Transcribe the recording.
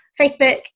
Facebook